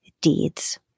deeds